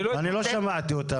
אני לא שמעתי אותם.